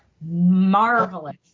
marvelous